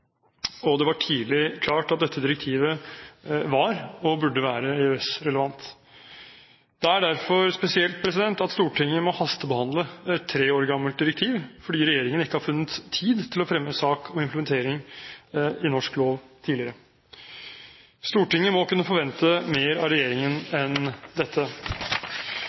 og det var tidlig klart at dette direktivet var og burde være EØS-relevant. Det er derfor spesielt at Stortinget må hastebehandle et tre år gammelt direktiv, fordi regjeringen ikke har funnet tid til å fremme sak om implementering i norsk lov tidligere. Stortinget må kunne forvente mer av regjeringen enn dette.